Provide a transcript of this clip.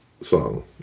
song